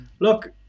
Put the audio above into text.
look